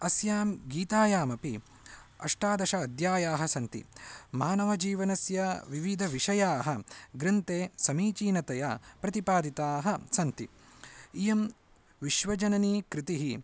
अस्यां गीतायामपि अष्टादश अध्यायाः सन्ति मानवजीवनस्य विविधविषयाः ग्रन्थे समीचीनतया प्रतिपादिताः सन्ति इयं विश्वजननी कृतिः